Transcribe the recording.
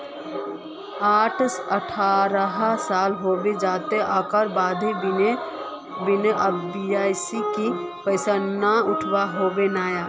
अठारह साल होबे जयते ओकर बाद बिना के.वाई.सी के पैसा न उठे है नय?